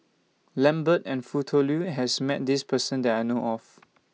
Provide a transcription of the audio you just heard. Lambert and Foo Tui Liew has Met This Person that I know of